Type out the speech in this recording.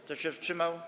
Kto się wstrzymał?